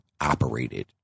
operated